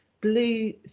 Blue